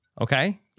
Okay